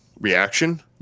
reaction